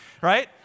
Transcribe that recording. right